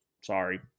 Sorry